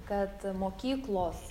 kad mokyklos